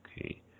Okay